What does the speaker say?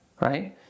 right